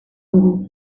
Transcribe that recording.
dugu